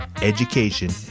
education